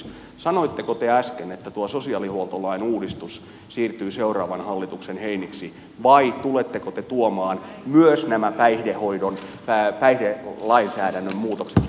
sanoitteko te äsken että tuo sosiaalihuoltolain uudistus siirtyy seuraavan hallituksen heiniksi vai tuletteko te tuomaan myös nämä päihdelainsäädännön muutokset vielä tälle eduskunnalle